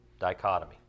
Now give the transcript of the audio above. dichotomy